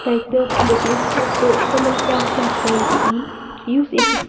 تَتہِ دٲخلہٕ نِتھ تہٕ تہٕ تِمَن کیٛاہ کیٛاہ فٲیدٕ یِی یُس أکِس